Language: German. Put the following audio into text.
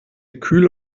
kühl